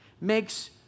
makes